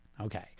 Okay